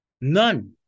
None